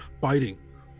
biting